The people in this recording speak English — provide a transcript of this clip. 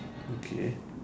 okay